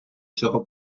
цього